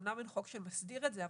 אמנם אין חוק שמסדיר את זה,